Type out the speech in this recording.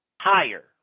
higher